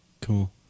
Cool